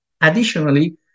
Additionally